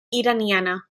iraniana